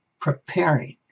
preparing